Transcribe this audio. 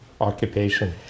occupation